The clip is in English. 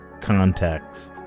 context